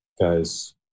guys